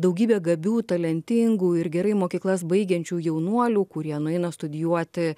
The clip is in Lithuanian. daugybė gabių talentingų ir gerai mokyklas baigiančių jaunuolių kurie nueina studijuoti